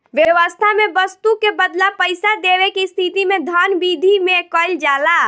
बेवस्था में बस्तु के बदला पईसा देवे के स्थिति में धन बिधि में कइल जाला